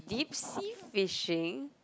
deep sea fishing